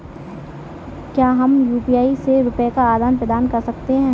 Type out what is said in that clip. क्या हम यू.पी.आई से रुपये का आदान प्रदान कर सकते हैं?